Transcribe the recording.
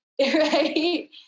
right